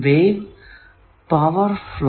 എന്നതും ഡിഫൈൻ ചെയ്യാം